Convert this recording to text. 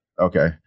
Okay